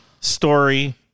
story